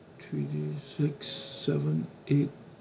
three days six seven eight